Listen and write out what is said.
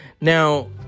Now